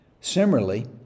Similarly